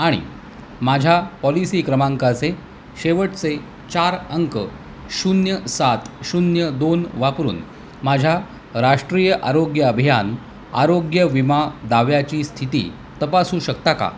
आणि माझ्या पॉलिसी क्रमांकाचे शेवटचे चार अंक शून्य सात शून्य दोन वापरून माझ्या राष्ट्रीय आरोग्य अभियान आरोग्यविमा दाव्याची स्थिती तपासू शकता का